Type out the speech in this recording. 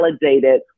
validated